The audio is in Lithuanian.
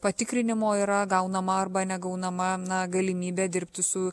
patikrinimo yra gaunama arba negaunama na galimybė dirbti su